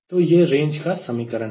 तो यह रेंज का समीकरण है